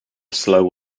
slow